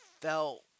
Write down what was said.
felt